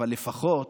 אבל לפחות